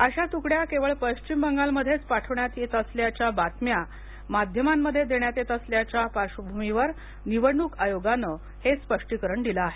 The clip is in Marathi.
अशा तुकड्या केवळ पश्चिम बंगाल मध्येच पाठवण्यात येत असल्याच्या बातम्या माध्यमांमध्ये देण्यात येत असल्याच्या पार्श्वभूमीवर निवडणूक आयोगाने हे स्पष्टीकरण दिल आहे